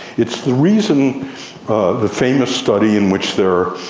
it's the reason the famous study in which there are